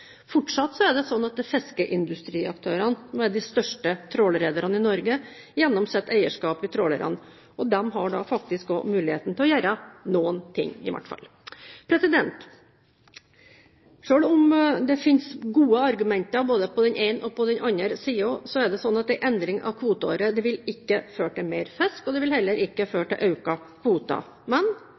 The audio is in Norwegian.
Fortsatt er det slik at det er fiskeindustriaktørene som er de største trålrederne i Norge, gjennom sitt eierskap i trålerne, og de har faktisk mulighet til å gjøre noe. Selv om det fins gode argumenter både på den ene og den andre siden, er det slik at en endring av kvoteåret ikke vil føre til mer fisk, og det vil heller ikke føre til økte kvoter. Men